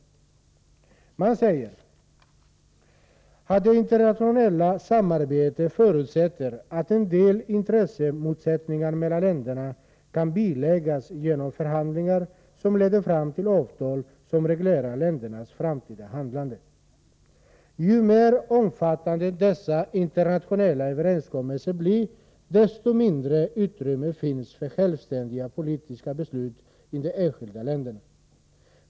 Kommittén framhåller ”att det internationella samarbetet förutsätter att en del intressemotsättningar mellan länderna kan biläggas genom förhandlingar, som leder fram till avtal som reglerar ländernas framtida handlande. Ju mer omfattande dessa internationella överenskommelser blir desto mindre utrymme finns för självständiga politiska beslut i de enskilda länderna.